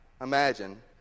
imagine